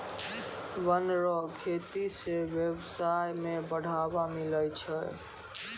वन रो खेती से व्यबसाय में बढ़ावा मिलै छै